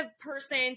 person